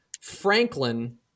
Franklin